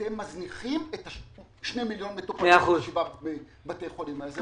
אתם מזניחים את 2 מיליון המטופלים בבתי חולים --- מאה אחוז.